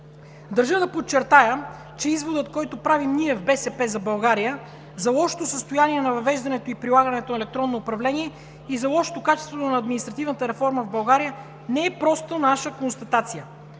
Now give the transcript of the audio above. Държа да подчертая, че изводът, който правим ние в „БСП за България“ за лошото състояние на въвеждането и прилагането на електронно управление и за лошото качество на административната реформа в България, не е просто наша констатация.